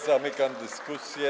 Zamykam dyskusję.